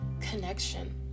connection